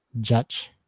judge